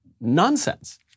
nonsense